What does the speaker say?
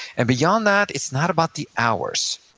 and beyond that, it's not about the hours.